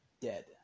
dead